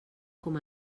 com